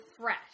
fresh